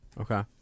okay